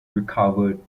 recovered